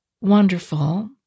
wonderful